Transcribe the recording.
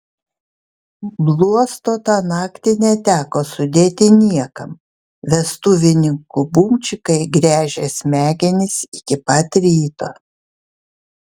bluosto tą naktį neteko sudėti niekam vestuvininkų bumčikai gręžė smegenis iki pat ryto